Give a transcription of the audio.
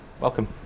welcome